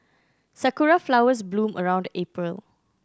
sakura flowers bloom around April